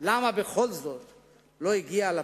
למה בכל זאת הוא לא הגיע לפסגה.